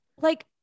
Like-